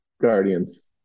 guardians